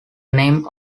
name